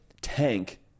tank